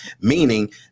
Meaning